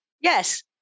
Yes